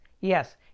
Yes